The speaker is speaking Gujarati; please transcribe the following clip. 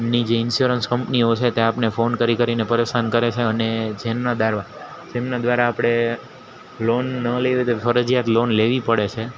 ની જે ઈન્સ્યોરન્સ કંપનીઓ છે તે આપને ફોન કરી કરીને પરેશાન કરે છે અને જેમના દ્વારા આપણે લોન ન લેવી તો ફરજિયાત લોન લેવી પડે છે